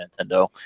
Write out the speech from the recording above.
Nintendo